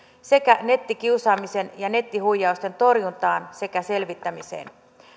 sekä nettikiusaamisen ja nettihuijausten torjuntaan sekä selvittämiseen